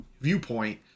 viewpoint